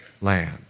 land